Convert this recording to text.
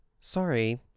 Sorry